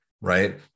right